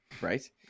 right